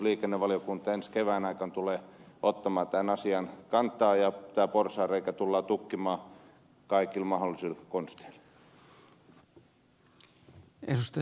liikennevaliokunta ensi kevään aikana tulee ottamaan tähän asiaan kantaa ja tämä porsaanreikä tullaan tukkimaan kaikilla mahdollisilla konsteilla